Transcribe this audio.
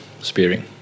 spearing